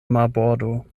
marbordo